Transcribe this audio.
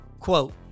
Quote